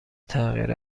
تغییر